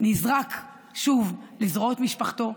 נזרק שוב לזרועות משפחתו,